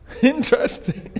Interesting